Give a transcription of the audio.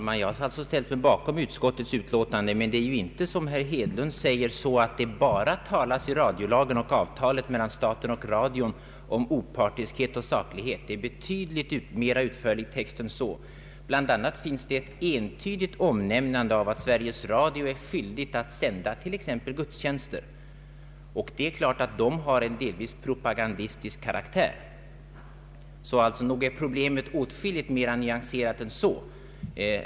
Herr talman! Jag har anslutit mig till utskottets utlåtande, men det är inte som herr Hedlund säger att det i radiolagen och i avtalet mellan staten och radion bara talas om opartiskhet och saklighet. Det är en betydligt mer utförlig text än så. Bl. a. finns det ett entydigt omnämnande att Sveriges Radio är skyldig att ”i skälig omfattning tillgodose olika intressen i fråga om bland annat religion”. Det är klart att t.ex. gudstjänster har en delvis propagandistisk karaktär. Så rog är problemet åtskilligt mer nyanserat än herr Hedlund framställde det.